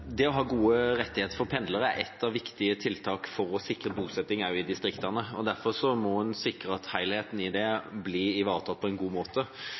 rettigheter for pendlere er ett av viktige tiltak for å sikre bosetting også i distriktene. Derfor må en sikre at helheten i det blir ivaretatt på en god måte.